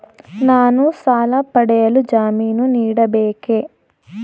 ನಾನು ಸಾಲ ಪಡೆಯಲು ಜಾಮೀನು ನೀಡಬೇಕೇ?